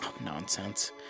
Nonsense